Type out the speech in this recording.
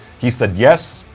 he said yes,